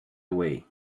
away